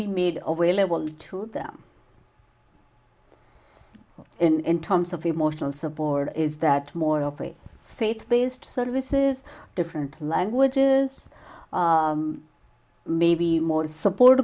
be made over to them in terms of emotional support is that more of a faith based services different languages maybe more support